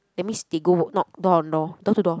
that means they go knock door on door door to door